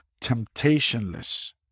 temptationless